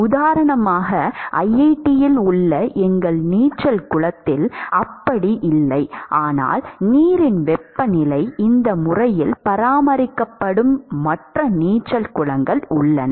உதாரணமாக ஐஐடியில் உள்ள எங்கள் நீச்சல் குளத்தில் அப்படி இல்லை ஆனால் நீரின் வெப்பநிலை இந்த முறையில் பராமரிக்கப்படும் மற்ற நீச்சல் குளங்கள் உள்ளன